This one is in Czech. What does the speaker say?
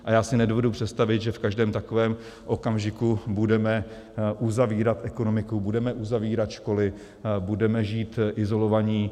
A já si nedovedu představit, že v každém takovém okamžiku budeme uzavírat ekonomiku, budeme uzavírat školy, budeme žít izolovaní.